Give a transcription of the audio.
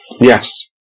yes